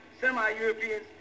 Semi-Europeans